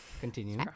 Continue